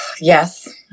Yes